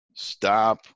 stop